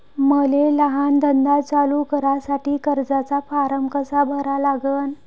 मले लहान धंदा चालू करासाठी कर्जाचा फारम कसा भरा लागन?